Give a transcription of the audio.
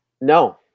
no